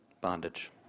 bondage